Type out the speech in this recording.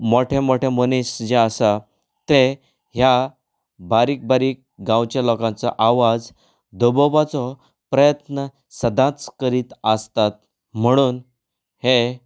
मोठे मोठे मनीस जें आसा तें ह्या बारीक बारीक गांवच्या लोकांचो आवाज दबोवपाचो प्रयत्न सदांच करीत आसतात म्हणून हें